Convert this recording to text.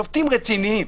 שופטים רציניים.